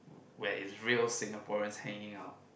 where it's real Singaporeans hanging out